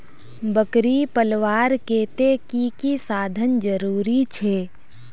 बकरी पलवार केते की की साधन जरूरी छे?